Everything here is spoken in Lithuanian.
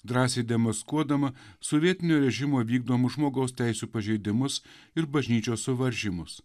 drąsiai demaskuodama sovietinio režimu vykdomus žmogaus teisių pažeidimus ir bažnyčios suvaržymus